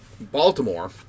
Baltimore